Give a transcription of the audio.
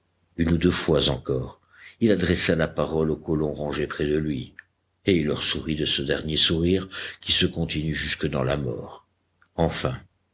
une ou deux fois encore il adressa la parole aux colons rangés près de lui et il leur sourit de ce dernier sourire qui se continue jusque dans la mort enfin